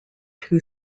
two